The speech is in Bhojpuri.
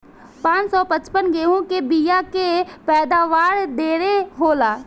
पान सौ पचपन गेंहू के बिया के पैदावार ढेरे होला